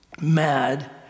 mad